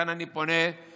לכן אני פונה ומבקש